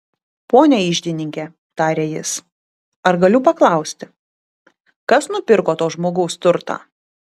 pone iždininke tarė jis ar galiu paklausti kas nupirko to žmogaus turtą